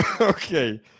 Okay